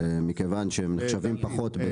מכיוון שהם נחשבים פחות.